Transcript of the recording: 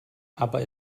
aber